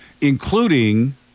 Including